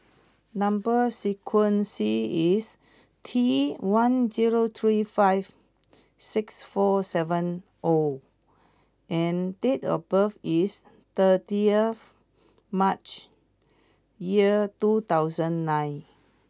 number sequence is T one zero three five six four seven O and date of birth is thirty earth March ear two thousand nine